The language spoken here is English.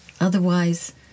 Otherwise